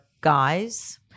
guys